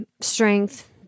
strength